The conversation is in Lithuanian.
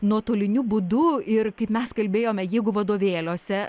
nuotoliniu būdu ir kaip mes kalbėjome jeigu vadovėliuose